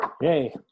yay